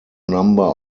number